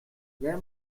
where